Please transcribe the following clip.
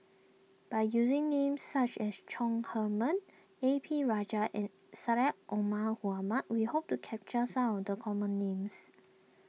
by using names such as Chong Heman A P Rajah and Syed Omar Mohamed we hope to capture some of the common names